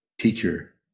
Teacher